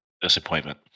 Disappointment